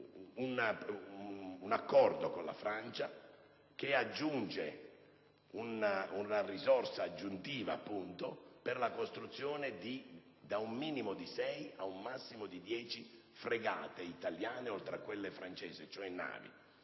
un accordo con la Francia che prevede una risorsa aggiuntiva per la costruzione da un minimo di sei a un massimo di dieci fregate italiane, oltre a quelle francesi. Prima di